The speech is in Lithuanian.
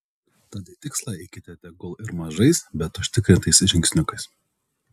tad į tikslą eikite tegul ir mažais bet užtikrintais žingsniukais